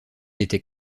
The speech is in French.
était